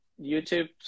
YouTube